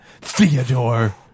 Theodore